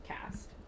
cast